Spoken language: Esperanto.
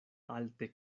alte